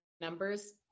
numbers